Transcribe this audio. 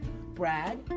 Brad